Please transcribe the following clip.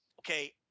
Okay